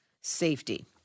safety